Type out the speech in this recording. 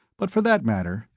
but, for that matter,